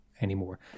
anymore